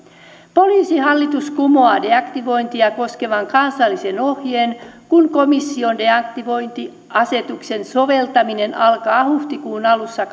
poliisihallitus kumoaa deaktivointia koskevan kansallisen ohjeen kun komission deaktivointiasetuksen soveltaminen alkaa huhtikuun alussa